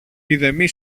ειδεμή